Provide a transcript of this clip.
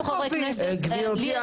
גברתי,